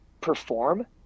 perform